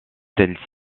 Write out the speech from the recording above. celle